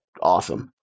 awesome